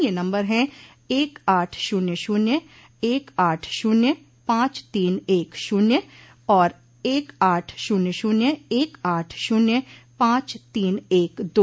ये नम्बर हैं एक आठ शून्य शून्य एक आठ शून्य पांच तीन एक शून्य और एक आठ शून्य शून्य एक आठ शून्य पांच तीन एक दो